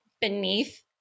beneath